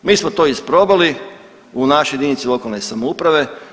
Mi smo to isprobali u našoj jedinici lokalne samouprave.